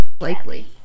Likely